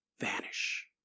vanish